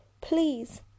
Please